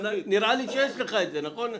נראה לי שיש לך את זה בחוזה, נכון?